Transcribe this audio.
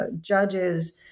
judges